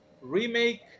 remake